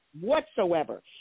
whatsoever